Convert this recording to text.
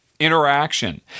Interaction